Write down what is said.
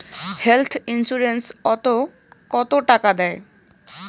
Health insurance ওত কত টাকা দেয়?